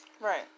right